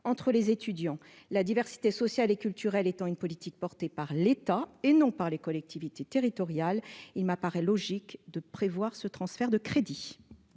entre les étudiants, la diversité sociale et culturelle étant une politique portée par l'État et non par les collectivités territoriales, il m'apparaît logique de prévoir ce transfert de crédits.